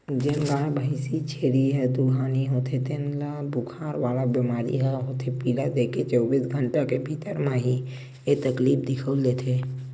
जेन गाय, भइसी, छेरी ह दुहानी होथे तेन ल बुखार वाला बेमारी ह होथे पिला देके चौबीस घंटा के भीतरी म ही ऐ तकलीफ दिखउल देथे